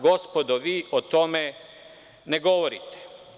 Gospodo, vi o tome ne govorite.